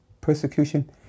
Persecution